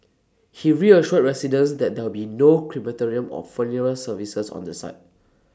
he reassured residents that there be no crematorium or funeral services on the site